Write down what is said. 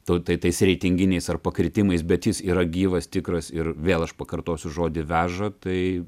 tau tai tais reitinginiais ar pakritimais bet jis yra gyvas tikras ir vėl aš pakartosiu žodį veža tai